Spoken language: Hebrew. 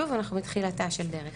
שוב, אנחנו בתחילתה של דרך,